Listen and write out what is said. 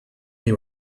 they